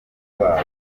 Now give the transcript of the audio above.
babo